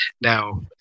now